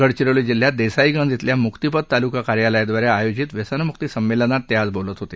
गडचिरोली जिल्ह्यात देसाईगंज अल्या मुक्तिपथ तालुका कार्यालयाद्वारे आयोजित व्यसनमुक्ती संमेलनात ते आज बोलत होते